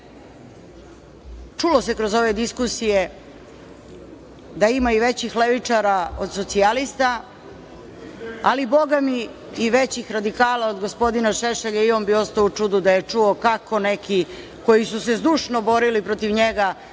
čulo se kroz ove diskusija da ima i većih levičara od socijalista, ali bogami i većih radikala od gospodina Šešelja. I on bi ostao u čudu da je čuo kako neki koji su se zdušno borili protiv njega